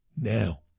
Now